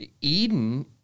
Eden